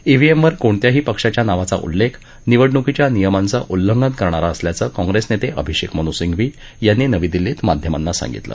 ईव्हीएमवर कोणत्याही पक्षाच्या नावाचा उल्लेख निवडणुकीच्या नियमांचं उल्लंघन करणारा असल्याचं काँप्रेस नेते अभिषेक मनू सिंघवी यांनी नवी दिल्लीत माध्यमांना सांगितलं